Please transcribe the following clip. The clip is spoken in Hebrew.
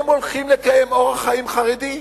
הם הולכים לקיים אורח חיים חרדי?